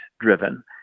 driven